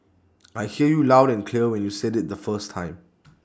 I hear you loud and clear when you said IT the first time